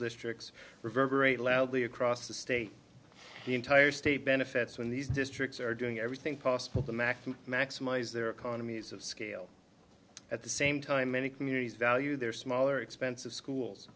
districts reverberate loudly across the state the entire state benefits when these districts are doing everything possible to maximum maximize their economies of scale at the same time many communities value their smaller expensive schools